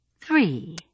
Three